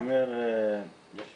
אני אדבר במספרים אבל כאימא הילדות שלי